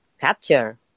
capture